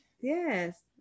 yes